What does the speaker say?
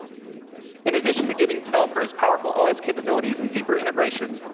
in addition to giving developers powerful os capabilities and deeper integration,